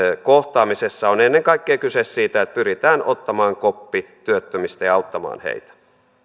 kohtaamisessa on ennen kaikkea kyse siitä että pyritään ottamaan koppi työttömistä ja auttamaan heitä